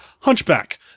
Hunchback